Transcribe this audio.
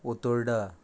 Utorda